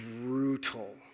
brutal